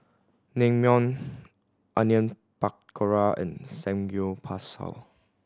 Naengmyeon Onion Pakora and Samgyeopsal